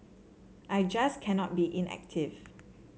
I just cannot be inactive